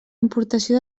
importació